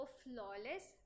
flawless